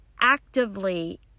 actively